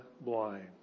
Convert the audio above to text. blind